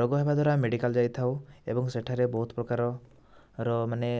ରୋଗ ହେବାଦ୍ୱାରା ମେଡ଼ିକାଲ ଯାଇଥାଉ ଏବଂ ସେଠାରେ ବହୁତ ପ୍ରକାରର ମାନେ